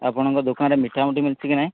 ଆପଣଙ୍କ ଦୋକାନରେ ମିଠାମିଠି ମିଲଛି କି ନାହିଁ